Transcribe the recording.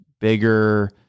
bigger